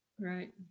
right